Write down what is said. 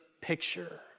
picture